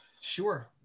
Sure